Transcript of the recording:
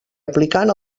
aplicant